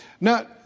Now